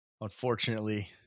Unfortunately